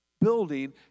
building